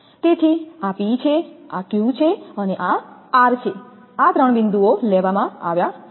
તેથી આ P છે આ Q છે અને આ R છે આ ત્રણ બિંદુઓ લેવામાં આવ્યા છે